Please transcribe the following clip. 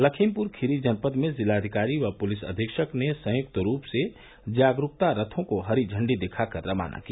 लखीमपुर खीरी जनपद में जिलाधिकारी व पुलिस अधीक्षक ने संयुक्त रूप से जागरूकता रथों को हरी झण्डी दिखाकर रवाना किया